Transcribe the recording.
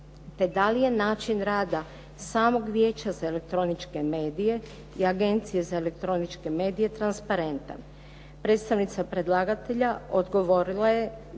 te da li je način rada samog Vijeća za elektroničke medije i Agencije za elektroničke medije transparentan. Predstavnica predlagatelja odgovorila je